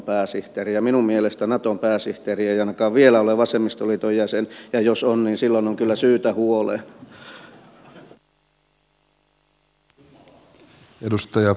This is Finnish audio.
ja minun mielestäni naton pääsihteeri ei ainakaan vielä ole vasemmistoliiton jäsen ja jos on niin silloin on kyllä syytä huoleen